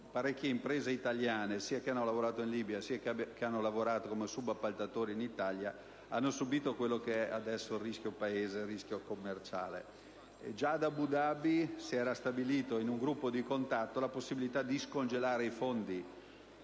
parecchie imprese italiane, sia che abbiano lavorato in Libia sia che abbiano lavorato come subappaltatrici in Italia, hanno subito il rischio Paese e il rischio commerciale. Già ad Abu Dhabi si era stabilito in un gruppo di contatto la possibilità di scongelare i fondi